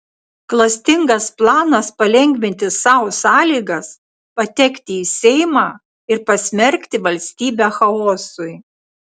klastingas planas palengvinti sau sąlygas patekti į seimą ir pasmerkti valstybę chaosui